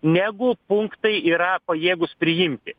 negu punktai yra pajėgūs priimti